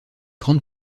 grande